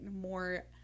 more